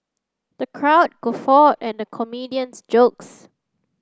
the crowd guffawed at the comedian's jokes